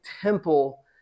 temple